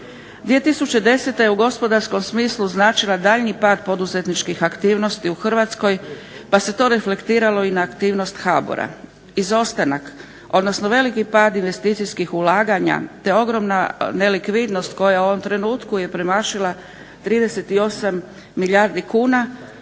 2010. je u gospodarskom smislu značila daljnji pad poduzetničkih aktivnosti u Hrvatskoj pa se to reflektiralo i na aktivnost HBOR-a. Izostanak, odnosno veliki pad investicijskih ulaganja, te ogromna nelikvidnost koja u ovom trenutku je premašila 38 milijardi kuna